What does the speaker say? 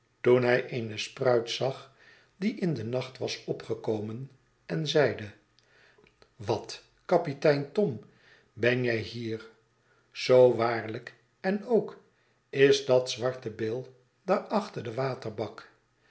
toen hij eene spruit zag die in den nacht was opgekomen en zeide wat kapitein tom ben jij hier zoo waarlijk en ook is dat zwarte bill daar achter denwaterbak